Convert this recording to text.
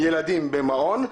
ילדים במעון,